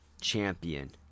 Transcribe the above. champion